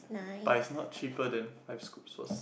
but is not cheaper than five-scoops was